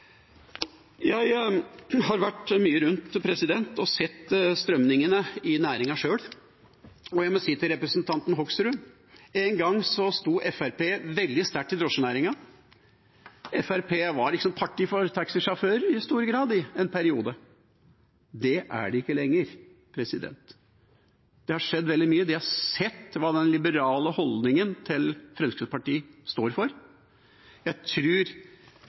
Jeg har vært mye rundt og sett strømningene i næringen sjøl, og jeg må si til representanten Hoksrud: En gang sto Fremskrittspartiet veldig sterkt i drosjenæringen. Fremskrittspartiet var i stor grad partiet for taxisjåfører i en periode. Det er det ikke lenger. Det har skjedd veldig mye. De har sett hva den liberale holdningen til Fremskrittspartiet står for. Jeg